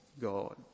god